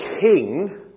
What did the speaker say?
king